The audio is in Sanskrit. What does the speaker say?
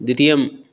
द्वितीयं